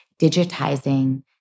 digitizing